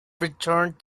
returned